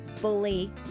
Bully